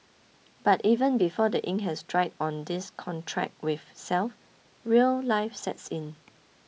but even before the ink has dried on this contract with self real life sets in